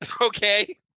Okay